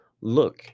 look